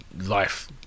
Life